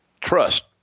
trust